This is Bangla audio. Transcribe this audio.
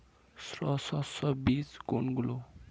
সস্যল বীজ কোনগুলো?